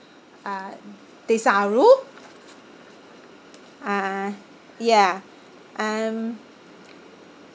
uh desaru ah ya um